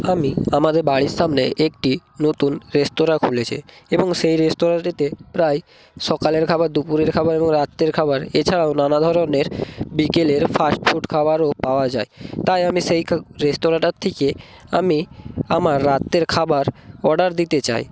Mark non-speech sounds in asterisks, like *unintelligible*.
আমি আমাদের বাড়ির সামনে একটি নতুন রেস্তরাঁ খুলেছে এবং সেই রেস্তরাঁটিতে প্রায় সকালের খাবার দুপুরের খাবার ও রাত্রের খাবার এছাড়াও নানা ধরনের বিকেলের ফাস্টফুড খাবারও পাওয়া যায় তাই আমি সেই *unintelligible* রেস্তোরাঁটার থেকে আমি আমার রাত্রের খাবার অর্ডার দিতে চাই